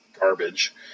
garbage